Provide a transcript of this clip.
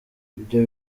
ibyo